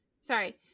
Sorry